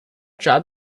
job